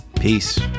Peace